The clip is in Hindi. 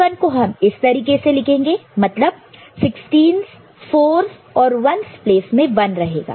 तो 21 को हम इस तरीके से लिखेंगे मतलब 16's 4's और 1's प्लेस में 1 रहेगा